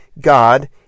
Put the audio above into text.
God